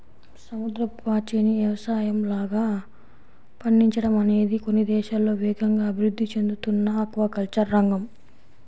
సముద్రపు పాచిని యవసాయంలాగా పండించడం అనేది కొన్ని దేశాల్లో వేగంగా అభివృద్ధి చెందుతున్న ఆక్వాకల్చర్ రంగం